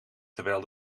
terwijl